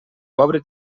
pobre